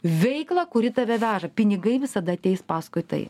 veiklą kuri tave veža pinigai visada ateis paskui tai